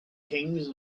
kings